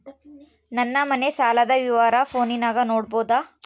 ನನ್ನ ಮನೆ ಸಾಲದ ವಿವರ ಫೋನಿನಾಗ ನೋಡಬೊದ?